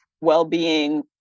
well-being